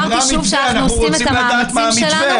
אז אני אמרתי שוב שאנחנו עושים את המאמצים שלנו,